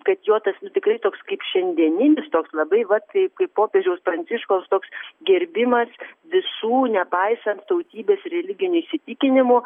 skaičiuotas nu tikrai toks kaip šiandieninis toks labai va taip kaip popiežiaus pranciškaus toks gerbimas visų nepaisant tautybės religinių įsitikinimų